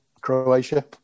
Croatia